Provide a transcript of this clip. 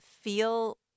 feel